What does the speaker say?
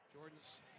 Jordan's